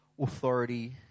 authority